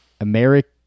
American